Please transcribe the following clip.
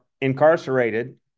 incarcerated